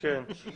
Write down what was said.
שולה קשת,